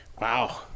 Wow